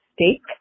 steak